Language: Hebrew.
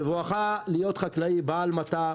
בבואך להיות חקלאי בעל מטע,